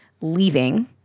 leaving